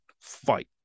fight